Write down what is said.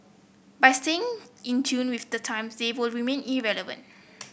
by staying in tune with the times they will remain irrelevant